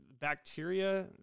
bacteria